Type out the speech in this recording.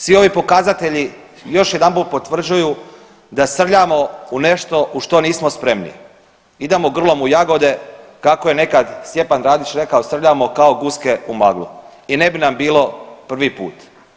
Svi ovi pokazatelji još jedanput potvrđuju da srljamo u nešto u što nismo spremni, idemo grlom u jagode kako je nekad Stjepan Radić rekao srljamo kao guske u maglu i ne bi nam bilo prvi put.